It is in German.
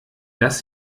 dass